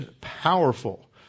powerful